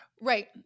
Right